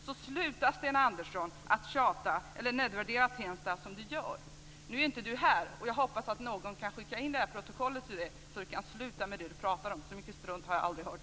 Sluta alltså, Sten Andersson, att tjata och nedvärdera Tensta på det sätt som görs! Nu är Sten Andersson inte närvarande här i kammaren men jag hoppas att någon kan skicka över protokollet och att Sten Andersson kan sluta prata som han gör. Så mycket strunt har jag aldrig hört.